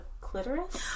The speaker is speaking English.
clitoris